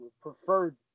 preferred